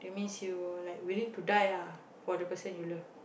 that means you like willing to die ah for the person you love